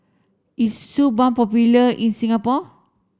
is Suu balm popular in Singapore